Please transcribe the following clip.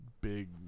big